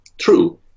true